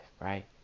right